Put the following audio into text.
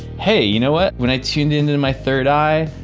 hey, you know what, when i tuned into my third eye,